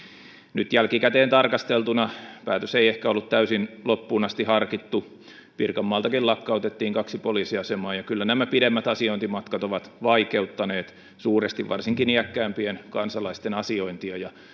nyt jälkikäteen tarkasteltuna päätös ei ehkä ollut täysin loppuun asti harkittu pirkanmaaltakin lakkautettiin kaksi poliisiasemaa ja kyllä pidemmät asiointimatkat ovat vaikeuttaneet suuresti varsinkin iäkkäämpien kansalaisten asiointia